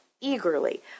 eagerly